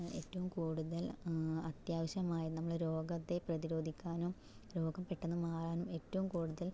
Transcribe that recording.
ഏറ്റവും കൂടുതൽ അത്യാവശ്യമായ നമ്മൾ രോഗത്തെ പ്രതിരോധിക്കാനും രോഗം പെട്ടെന്ന് മാറാനും ഏറ്റവും കൂടുതൽ